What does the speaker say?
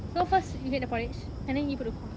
so first you get the porridge and then you put the kuah